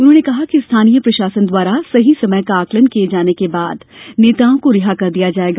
उन्होंने कहा कि स्थानीय प्रशासन द्वारा सही समय का आकलन किए जाने के बाद नेताओं को रिहा कर दिया जाएगा